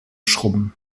schrubben